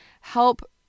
help